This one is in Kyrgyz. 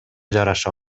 жараша